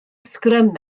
sgrym